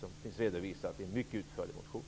Det finns redovisat i en mycket utförlig motion.